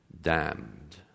damned